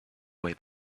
way